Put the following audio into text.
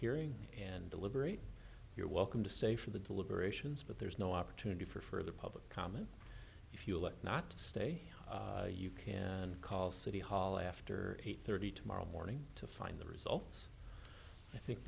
hearing and deliberate you're welcome to stay for the deliberations but there is no opportunity for further public comment if you elect not to stay you can call city hall after eight thirty tomorrow morning to find the results i think